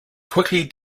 quickly